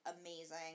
amazing